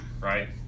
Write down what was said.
right